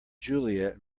juliet